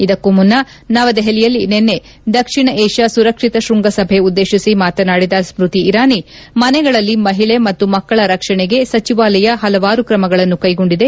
ಇದಕ್ಕೂ ಮುನ್ನ ನವದೆಪಲಿಯಲ್ಲಿ ನಿನ್ನೆ ದಕ್ಷಿಣ ಏಷ್ಕಾ ಸುರಕ್ಷಿತ ಶೃಂಗಸಭೆ ಉದ್ದೇಶಿಸಿ ಮಾತನಾಡಿದ ಸ್ಮತಿ ಇರಾನಿ ಮನೆಗಳಲ್ಲಿ ಮಹಿಳೆ ಮತ್ತು ಮಕ್ಕಳ ರಕ್ಷಣೆಗೆ ಸಚಿವಾಲಯ ಪಲವಾರು ಕ್ರಮಗಳನ್ನು ಕೈಗೊಂಡಿದೆ